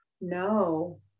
No